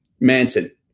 Manson